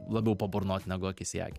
labiau paburnot negu akis į akį